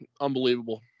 unbelievable